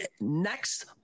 next